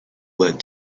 led